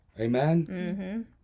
Amen